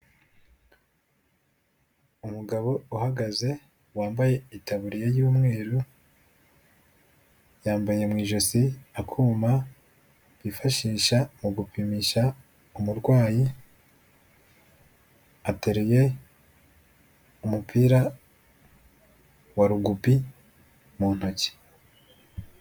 Umugabo uhagaze, wambaye itaburiya y'umweru, yambaye mu ijosi akuma bifashisha mu gupimisha umurwayi, ateruye umupira wa Rugubi mu ntoki.